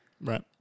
Right